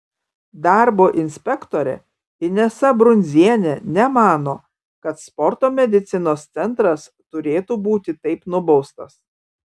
darbo inspektorė inesa brundzienė nemano kad sporto medicinos centras turėtų būti taip nubaustas